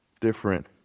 different